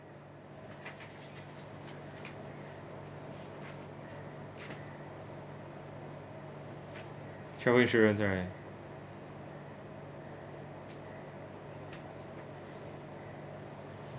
travel insurance right